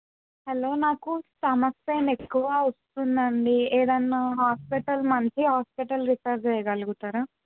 hello నాకు stomach pain ఎక్కువ వస్తుందండి ఏదైనా హాస్పిటల్ మంచి హాస్పిటల్ రిఫర్ చేయగలుగుతరా